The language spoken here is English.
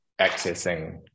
accessing